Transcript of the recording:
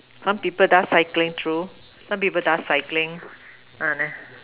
some people does cycling true some people does cycling uh then